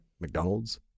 McDonald's